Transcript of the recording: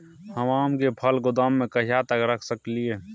हम आम के फल गोदाम में कहिया तक रख सकलियै?